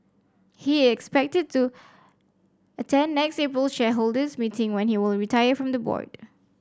he is expected to attend next April's shareholders meeting when he will retire from the board